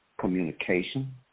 communication